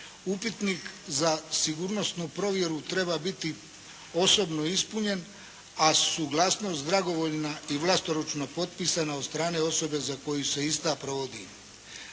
Upitnik za sigurnosnu provjeru treba biti osobno ispunjen a suglasnost dragovoljna i vlastoručno potpisana od strane osobe za koju se ista provodi.